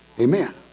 Amen